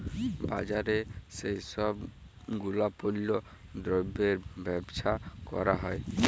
বাজারে যেই সব গুলাপল্য দ্রব্যের বেবসা ক্যরা হ্যয়